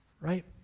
right